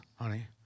honey